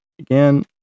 again